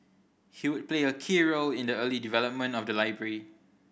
he would play a key role in the early development of the library